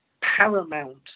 paramount